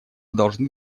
должны